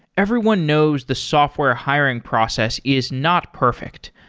everyone knows the software hiring process is not perfect.